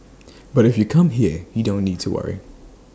but if you come here you don't need to worry